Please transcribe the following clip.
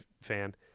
fan